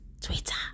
Twitter